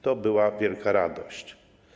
To była wielka radość.